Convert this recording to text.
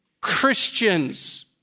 Christians